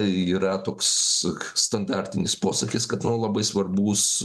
yra toks standartinis posakis kad nu labai svarbus